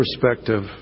perspective